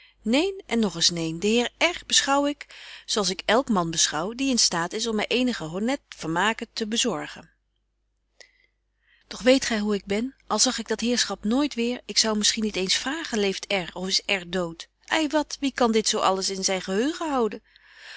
neen en nog eens neen den heer r beschouw ik zo als ik elk man beschouw die in staat is om my eenige honnette vermaken te bezorgen doch weet gy hoe ik ben al zag ik dat heerschap nooit weer ik zou misschien niet eens vragen leeft r of is r doot ei wat wie kan dit zo alles in zyn geheugen houden